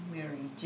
Mary